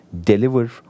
deliver